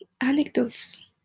anecdotes